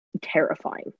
terrifying